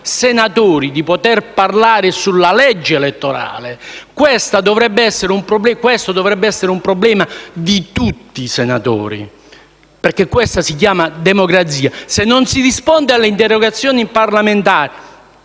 senatori di parlare sulla legge elettorale, questo dovrebbe essere un problema per tutti i senatori, perché questa si chiama democrazia. Se non si risponde, praticamente mai, alle interrogazioni parlamentari,